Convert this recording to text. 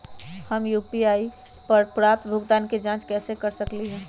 हम यू.पी.आई पर प्राप्त भुगतान के जाँच कैसे कर सकली ह?